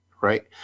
Right